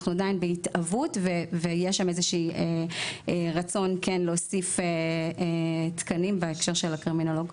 אנחנו עדיין בהתהוות ויש רצון להוסיף תקנים לקרימינולוגים.